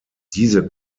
diese